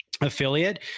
affiliate